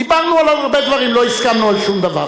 דיברנו על עוד הרבה דברים, לא הסכמנו על שום דבר.